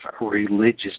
religious